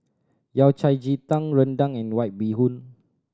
Yao Cai ji tang rendang and White Bee Hoon